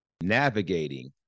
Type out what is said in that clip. Navigating